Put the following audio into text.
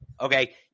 Okay